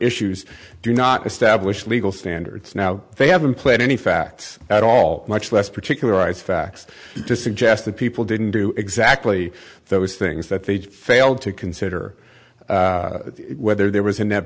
issues do not establish legal standards now they haven't played any facts at all much less particularize facts to suggest that people didn't do exactly those things that they failed to consider whether there was